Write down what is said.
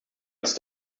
its